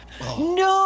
No